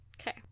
Okay